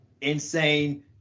insane